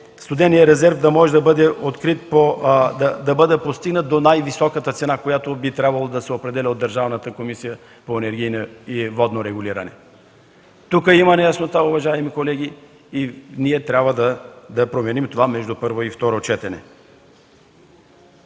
студеният резерв да може да бъде постигнат до най-високата цена, която би трябвало да се определя от Държавната комисия по енергийно и водно регулиране. Тук има неяснота, уважаеми колеги, и ние трябва да променим това между първо и второ четене.